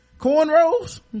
cornrows